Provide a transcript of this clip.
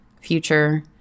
future